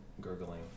gurgling